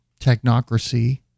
technocracy